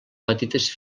petites